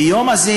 ביום הזה,